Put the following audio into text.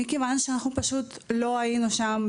מכיוון שאנחנו פשוט לא היינו שם,